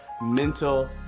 Mental